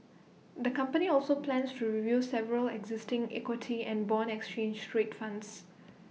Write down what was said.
the company also plans to review several existing equity and Bond exchange trade funds